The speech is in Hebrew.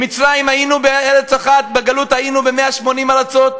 במצרים היינו בארץ אחת, בגלות היינו ב-180 ארצות.